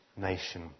nation